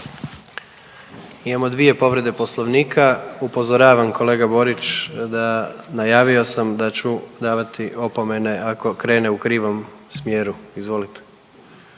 Imamo dvije povrede Poslovnika, upozoravam kolega Borić da najavio sam da ću davati opomene ako krene u krivom smjeru, izvolite.